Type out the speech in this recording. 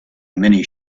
many